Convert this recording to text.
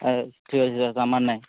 ଠିକ୍ ଅଛି ତାହେଲେ ତମ୍ ପାଖରେ ନାଇ